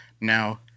Now